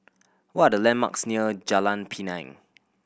what are the landmarks near Jalan Pinang